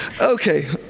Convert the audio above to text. Okay